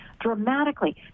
dramatically